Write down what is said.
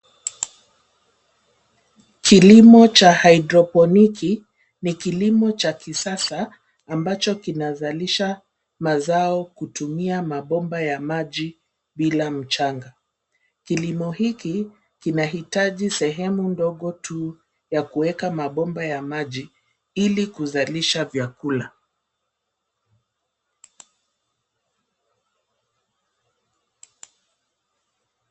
Kilimo cha hydroponiki ni kilimo cha kisasa ambacho kinazalisha mazao kutumia mabomba ya maji bila mchanga. Kilimo hiki kinahitaji sehemu ndogo tu ya kueka mabomba ya maji, ili kuzalisha vyakula.